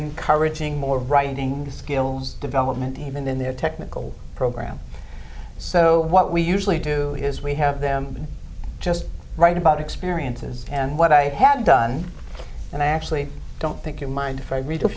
encouraging more writing skills development even in their technical program so what we usually do is we have them just write about experiences and what i had done and i actually don't think your mind